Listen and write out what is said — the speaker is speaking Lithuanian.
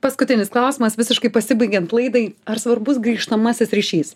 paskutinis klausimas visiškai pasibaigiant laidai ar svarbus grįžtamasis ryšys